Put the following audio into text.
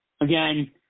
Again